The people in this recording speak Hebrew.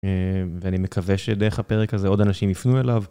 ואני מקווה שדרך הפרק הזה עוד אנשים יפנו אליו.